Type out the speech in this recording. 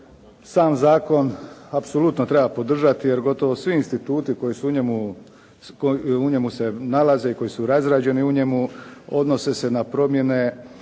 Sam zakon apsolutno treba podržati, jer gotovo svi instituti koji su u njemu, u njemu se nalaze i koji su razrađeni u njemu odnose se na promjene